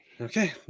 Okay